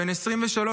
בן 23,